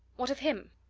what of him?